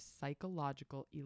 psychological